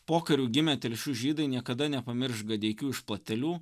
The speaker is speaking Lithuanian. pokariu gimę telšių žydai niekada nepamirš gadeikių iš platelių